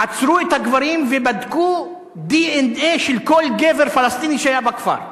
עצרו את הגברים ובדקו DNA של כל גבר פלסטיני שהיה בכפר.